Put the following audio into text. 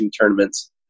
tournaments